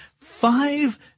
five